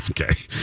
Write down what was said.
Okay